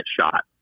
shot